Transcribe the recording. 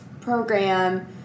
program